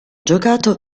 giocato